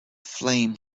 flame